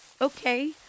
Okay